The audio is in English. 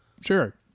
Sure